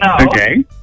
Okay